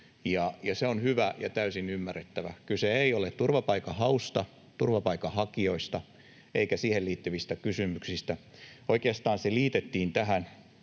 se on hyvä ja täysin ymmärrettävää. Kyse ei ole turvapaikanhausta tai turvapaikanhakijoista eikä siihen liittyvistä kysymyksistä. Oikeastaan se liitettiin tähän